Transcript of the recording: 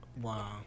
Wow